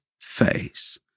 face